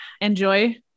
enjoy